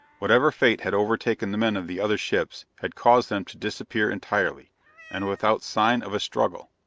whatever fate had overtaken the men of the other ships had caused them to disappear entirely and without sign of a struggle.